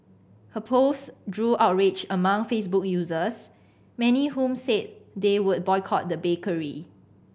her post drew outrage among Facebook users many whom said they would boycott the bakery